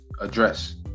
Address